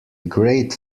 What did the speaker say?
great